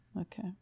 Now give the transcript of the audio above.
okay